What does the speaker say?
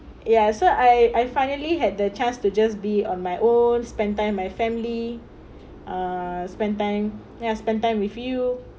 ya so I I finally had the chance to just be on my own spend time my family uh spend time then I spend time with you